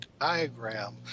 diagram